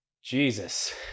Jesus